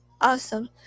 Awesome